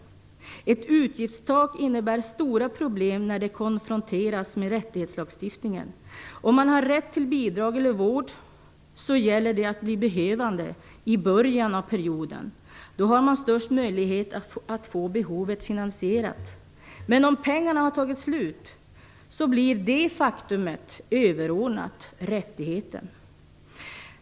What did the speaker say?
Ett utgiftstak innebär stora problem när det konfronteras med rättighetslagstiftningen. Om man har rätt till bidrag eller vård gäller det att bli behövande i början av perioden. Då har man störst möjlighet att få behovet finansierat. Men om pengarna har tagit slut blir detta faktum överordnat rättigheten.